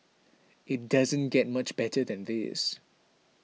it doesn't get much better than this